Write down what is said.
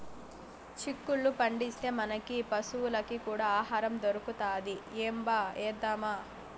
చిక్కుళ్ళు పండిస్తే, మనకీ పశులకీ కూడా ఆహారం దొరుకుతది ఏంబా ఏద్దామా